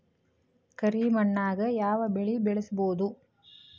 ಕರಿ ಮಣ್ಣಾಗ್ ಯಾವ್ ಬೆಳಿ ಬೆಳ್ಸಬೋದು?